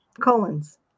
Colons